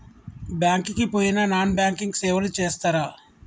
Bank కి పోయిన non banking సేవలు చేస్తరా?